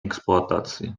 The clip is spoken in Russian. эксплуатации